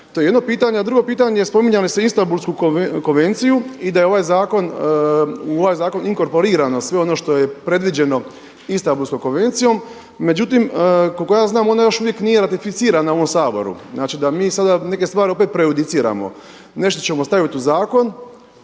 to je jedno pitanje. A drugo pitanje, spominjali ste Istambulsku konvenciju i da je u ovaj zakon inkorporirano sve ono što je predviđeno Istambulskom konvencijom, međutim koliko ja znam ona još uvijek nije ratificirana u ovom Saboru, znači da mi neke stvari opet prejudiciramo. Nešto ćemo staviti u zakon